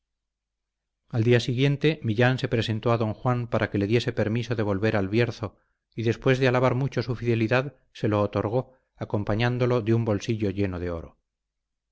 al día siguiente millán se presentó a don juan para que le diese permiso de volver al bierzo y después de alabar mucho su fidelidad se lo otorgó acompañándolo de un bolsillo lleno de oro